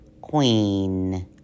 Queen